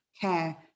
care